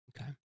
Okay